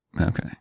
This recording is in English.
Okay